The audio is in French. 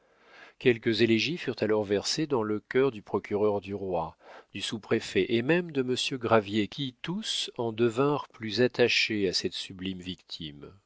quelques élégies furent alors versées dans le cœur du procureur du roi du sous-préfet et même de monsieur gravier qui tous en devinrent plus attachés à cette sublime victime